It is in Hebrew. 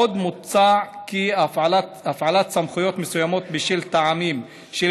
עוד מוצע כי הפעלת סמכויות מסוימות בשל טעמים של